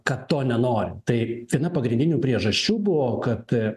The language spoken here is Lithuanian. kad to nenori tai viena pagrindinių priežasčių buvo kad